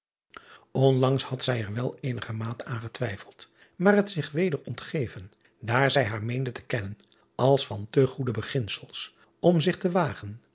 nlangs had zij er wel eenigermate aan getwijfeld maar het zich weder ontgeven daar zij haar meende te kennen als van te goede beginsels om zich te wagen